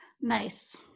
Nice